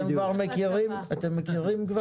אתם מכירים כבר?